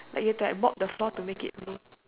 like you have to mop the floor to make it move